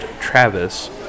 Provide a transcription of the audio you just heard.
Travis